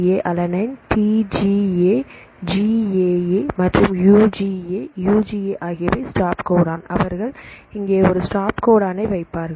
ஏ alanine D GAA GAA மற்றும் UGA UGA ஆகியவை stop codon அவர்கள் இங்கே ஒரு ஸ்டாப் கோடனை வைப்பார்கள்